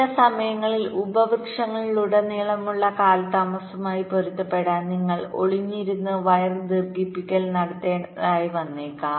ചില സമയങ്ങളിൽ ഉപവൃക്ഷങ്ങളിലുടനീളമുള്ള കാലതാമസവുമായി പൊരുത്തപ്പെടാൻ നിങ്ങൾ ഒളിഞ്ഞിരുന്ന് വയർ ദീർഘിപ്പിക്കൽ നടത്തേണ്ടതായി വന്നേക്കാം